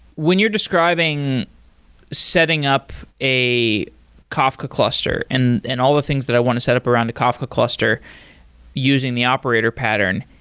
when you're describing setting up a kafka cluster and and all the things that i want to set up around a kafka cluster using the operator pattern,